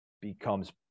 becomes